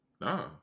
Nah